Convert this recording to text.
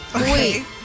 Wait